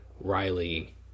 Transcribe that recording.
Riley